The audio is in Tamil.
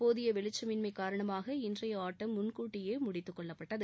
போதிய வெளிச்சமின்ம காரணமாக இன்றைய ஆட்டம் முன்கூட்டியே முடித்துக் கொள்ளப்பட்டது